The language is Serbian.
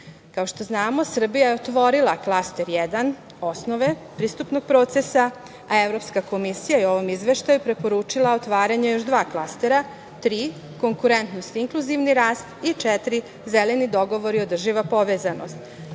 što znamo, Srbija je otvorila Klaster 1 – Osnove pristupnog procesa, a Evropska komisija je u ovom izveštaju preporučila otvaranje još dva klastera – 3, Konkurentnost i inkluzivni rast i 4, Zeleni dogovori i održiva povezana.